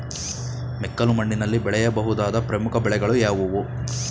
ಮೆಕ್ಕಲು ಮಣ್ಣಿನಲ್ಲಿ ಬೆಳೆಯ ಬಹುದಾದ ಪ್ರಮುಖ ಬೆಳೆಗಳು ಯಾವುವು?